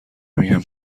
میگن